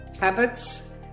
habits